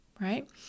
right